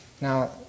Now